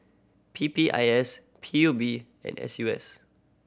P P I S P U B and S U S S